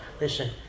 Listen